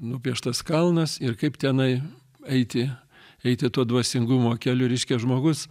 nupieštas kalnas ir kaip tenai eiti eiti tuo dvasingumo keliu reiškia žmogus